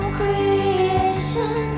creation